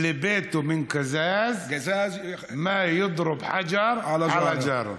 אללי ביתו מן קזאז, מא ידרוב חג'ר עלא ג'ארו.